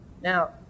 Now